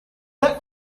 that